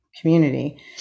community